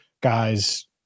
guys